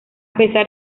pesar